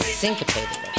syncopated